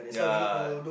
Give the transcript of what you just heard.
ya